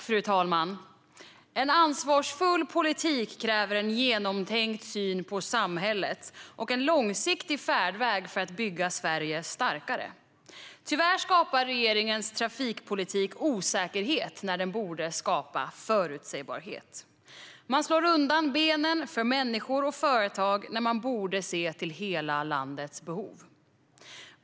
Fru talman! En ansvarsfull politik kräver en genomtänkt syn på samhället och en långsiktig färdväg för att bygga Sverige starkare. Tyvärr skapar regeringens trafikpolitik osäkerhet när den borde skapa förutsägbarhet. Man slår undan benen för människor och företag när man borde se till hela landets behov.